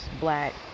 black